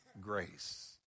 grace